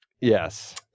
Yes